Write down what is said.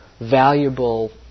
valuable